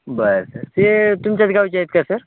बरं सर ते तुमच्याच गावचे आहेत का सर